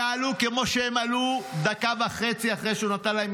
כמו שהם עלו דקה וחצי אחרי שהוא נתן להם